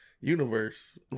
universe